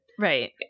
Right